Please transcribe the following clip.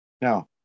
Now